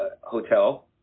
Hotel